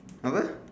apa